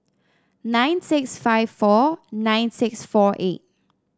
nine six five four nine six four eight